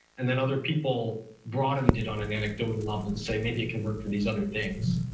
and then other people broadened it on an anecdotal level to say maybe it can work for these other things.